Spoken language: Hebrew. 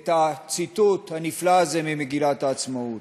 את הציטוט הנפלא הזה ממגילת העצמאות.